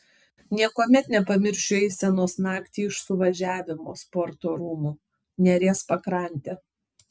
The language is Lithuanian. niekuomet nepamiršiu eisenos naktį iš suvažiavimo sporto rūmų neries pakrante